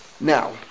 now